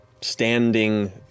Standing